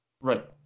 Right